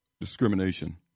discrimination